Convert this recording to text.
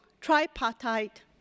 tripartite